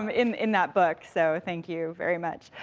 um in that book, so thank you very much.